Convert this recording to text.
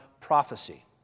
prophecy